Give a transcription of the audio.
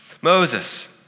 Moses